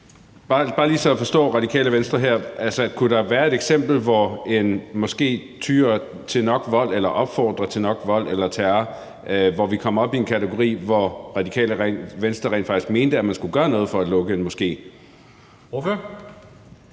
bare lige, så jeg forstår Radikale Venstre her. Altså, kunne der være et eksempel, hvor en moské tyr til nok vold eller opfordrer til nok vold eller terror, og hvor vi kom op i en kategori, hvor Radikale Venstre rent faktisk mente, at man skulle gøre noget for at lukke en moské?